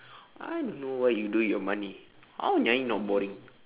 I don't know what you do with your money how nyai not boring